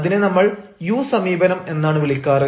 അതിനെ നമ്മൾ യു സമീപനം എന്നാണ് വിളിക്കാർ